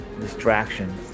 distraction